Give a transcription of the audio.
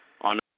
on